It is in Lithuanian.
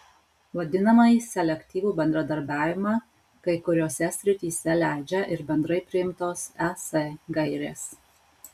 vadinamąjį selektyvų bendradarbiavimą kai kuriose srityse leidžia ir bendrai priimtos es gairės